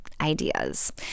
ideas